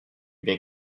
bien